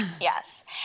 Yes